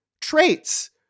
traits